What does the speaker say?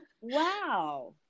Wow